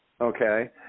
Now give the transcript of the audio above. okay